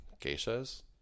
geishas